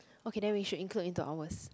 okay then we should include into ours